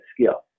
skill